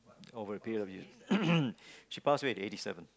oh she passed away at eighty seven